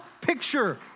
picture